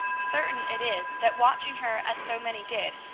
certain it is, that watching her as so many did,